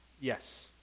Yes